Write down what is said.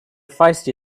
feisty